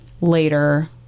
later